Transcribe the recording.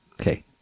Okay